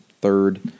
third